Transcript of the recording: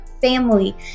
family